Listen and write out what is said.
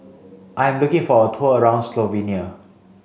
I am looking for a tour around Slovenia